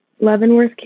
Leavenworth